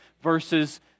versus